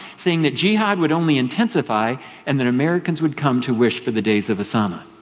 saying that jihad would only intensify and that americans would come to wish for the days of osama.